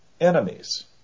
enemies